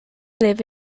live